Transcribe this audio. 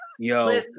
Yo